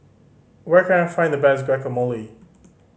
where can I find the best Guacamole